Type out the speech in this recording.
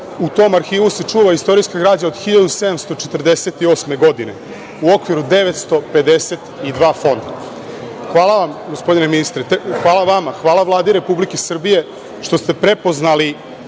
U tom arhivu se čuva istorijska građa od 1748. godine, u okviru 952 fonda. Hvala vam gospodine ministre. Hvala vama. Hvala Vladi Republike Srbije što ste prepoznati